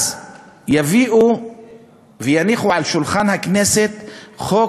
אז יביאו ויניחו על שולחן הכנסת חוק